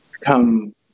come